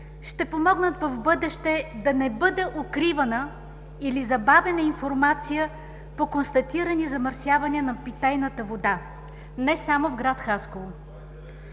ще помогнат в бъдеще да не бъде укривана или забавяна информация по констатирани замърсявания на питейната вода не само в гр. Хасково.